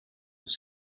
have